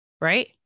Right